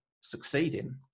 succeeding